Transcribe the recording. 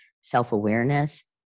self-awareness